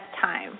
time